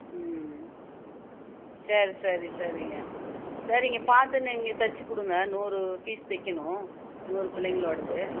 ம் சரி சரி சரிங்க சரிங்க பார்த்து நீங்கள் தச்சுக் கொடுங்க நூறு பீஸ் தைக்கணும் நூறு பிள்ளைங்களோடது